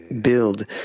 build